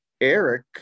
Eric